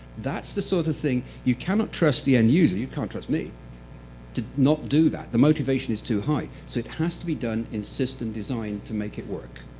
that's the sort of thing you cannot trust the end user you can't trust me to not do that. the motivation is too high. so it has to be done in system design to make it work.